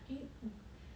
eh mm